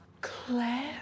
Claire